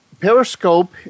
periscope